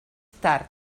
tard